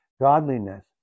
godliness